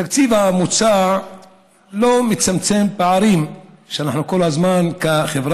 התקציב המוצע לא מצמצם פערים שאנחנו כל הזמן בחברה